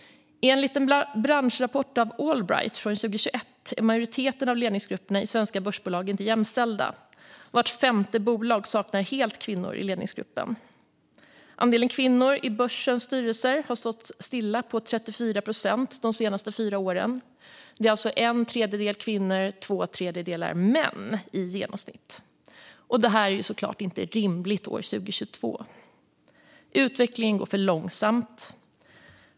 Enligt en branschrapport från Allbright från 2021 är majoriteten av ledningsgrupperna i svenska börsbolag inte jämställda. Vart femte bolag saknar helt kvinnor i ledningsgruppen. Andelen kvinnor i börsbolagens styrelser har stått stilla på 34 procent de senaste fyra åren, alltså i genomsnitt en tredjedel kvinnor och två tredjedelar män. Det är såklart inte rimligt år 2023. Utvecklingen går för långsamt.